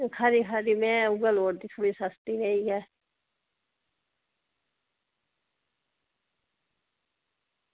खरी खरी में उ'ऐ लोड़दी ऐ सस्ती जेही गै